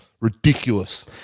ridiculous